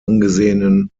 angesehenen